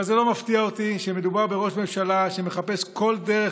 אבל זה לא מפתיע אותי כשמדובר בראש ממשלה שמחפש כל דרך